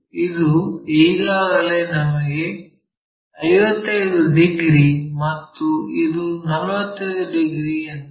ಇದು ಈಗಾಗಲೇ ನಮಗೆ 55 ಡಿಗ್ರಿ ಮತ್ತು ಇದು 45 ಡಿಗ್ರಿ ಎಂದು ತಿಳಿದಿದೆ